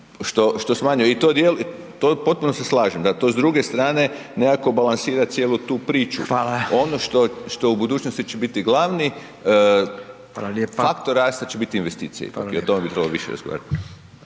što smanjuje i to potpuno se slažem. Da to s druge strane nekako balansira cijelu tu priču …/Upadica: Hvala./… ono što u budućnosti će biti glavni faktor rasta će biti investicije i o tome bi trebalo više razgovarati.